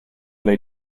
they